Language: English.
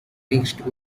mixed